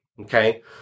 Okay